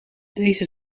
deze